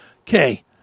Okay